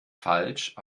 falsch